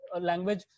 language